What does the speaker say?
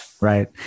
Right